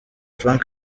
frank